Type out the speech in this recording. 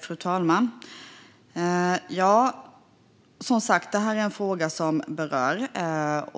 Fru talman! Det här är en fråga som berör.